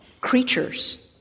creatures